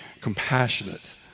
compassionate